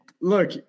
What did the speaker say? look